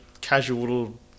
casual